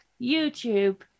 YouTube